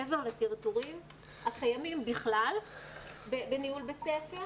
מעבר לטרטורים הקיימים בכלל בניהול בית ספר